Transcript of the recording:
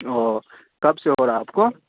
اوہ کب سے ہو رہا آپ کو